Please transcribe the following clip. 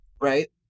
right